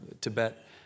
Tibet